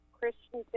Christian